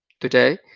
Today